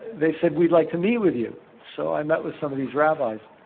they said, we'd like to meet with you. so i met with some of these rabbis